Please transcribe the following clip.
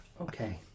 okay